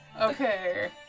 Okay